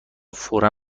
فورا